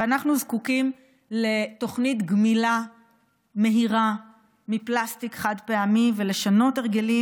ואנחנו זקוקים לתוכנית גמילה מהירה מפלסטיק חד-פעמי ולשנות הרגלים.